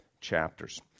chapters